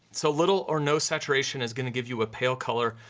so little or no saturation is gonna give you a pale color,